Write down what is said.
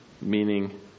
meaning